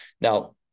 Now